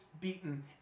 beaten